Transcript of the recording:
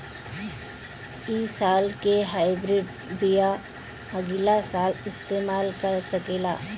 इ साल के हाइब्रिड बीया अगिला साल इस्तेमाल कर सकेला?